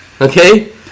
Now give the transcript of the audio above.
okay